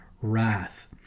wrath